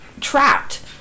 trapped